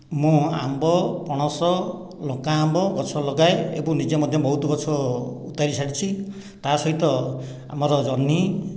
ମୁଁ ଆମ୍ବ ପଣସ ଲଙ୍କା ଆମ୍ବ ଗଛ ଲଗାଏ ଏବଂ ନିଜେ ମଧ୍ୟ ବହୁତ ଗଛ ଉତାରି ସାରିଛି ତା ସହିତ ଆମର ଜହ୍ନି